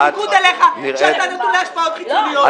בניגוד אליך שאתה נתון להשפעות חיצוניות.